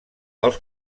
els